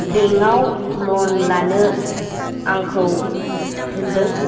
बेंकआव ल'न लानो आंखौ थिनदों